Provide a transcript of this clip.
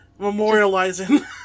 memorializing